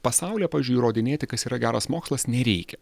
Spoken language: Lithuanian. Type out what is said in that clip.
pasaulyje pavyzdžiui įrodinėti kas yra geras mokslas nereikia